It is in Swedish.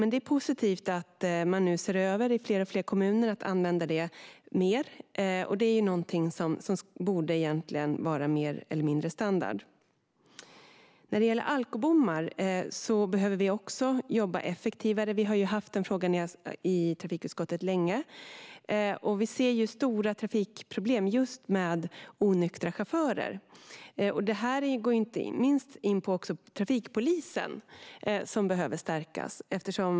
Det är positivt att man nu i fler och fler kommuner ser över om alkolås kan användas mer. Det borde egentligen vara mer eller mindre standard. När det gäller alkobommar behöver vi också jobba effektivare. Vi har ju haft den frågan i trafikutskottet länge. Vi ser stora trafikproblem just på grund av onyktra chaufförer. Detta gäller inte minst även trafikpolisen, som behöver stärkas.